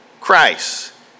Christ